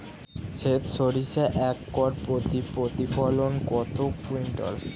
সেত সরিষা একর প্রতি প্রতিফলন কত কুইন্টাল?